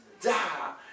die